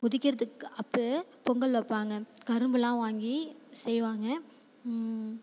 உதிக்கிறதுக்கு அப்போவே பொங்கல் வைப்பாங்க கரும்பெல்லாம் வாங்கி செய்வாங்க